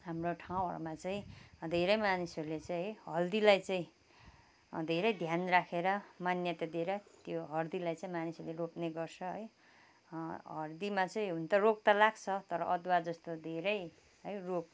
हाम्रो ठाउँहरूमा चाहिँ धेरै मानिसहरूले चाहिँ है हर्दीलाई चाहिँ धेरै ध्यान राखेर मान्यता दिएर त्यो हर्दीलाई चाहिँ मानिसहरूले रोप्ने गर्छ है हर्दीमा चाहिँ हुन त रोग त लाग्छ तर अदुवा जस्तो धेरै रोग